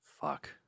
Fuck